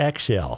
XL